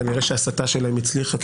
כנראה שההסתה שלהם הצליחה,